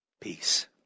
peace